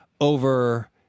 over